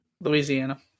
Louisiana